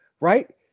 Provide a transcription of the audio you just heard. right